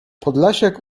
podlasiak